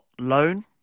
loan